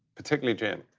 particularly jim.